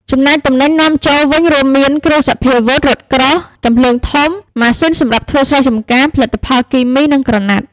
ចំណែកទំនិញនាំចូល វិញរួមមាន គ្រឿងសព្វាវុធ រថក្រោះ កាំភ្លើងធំ ម៉ាស៊ីនសម្រាប់ធ្វើស្រែចម្ការ ផលិតផលគីមី និងក្រណាត់ ។